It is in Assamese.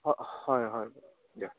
হয় হয় দিয়ক